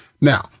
Now